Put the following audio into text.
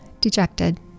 dejected